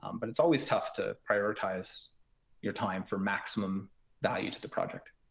um but it's always tough to prioritize your time for maximum value to the project.